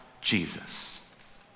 Jesus